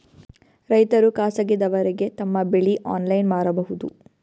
ರೈತರು ಖಾಸಗಿದವರಗೆ ತಮ್ಮ ಬೆಳಿ ಆನ್ಲೈನ್ ಮಾರಬಹುದು?